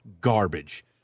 garbage